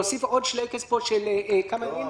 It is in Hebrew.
להוסיף עוד שלייקס פה של כמה ימים,